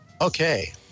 okay